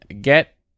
get